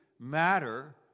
matter